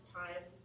time